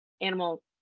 animal